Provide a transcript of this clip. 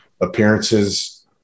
appearances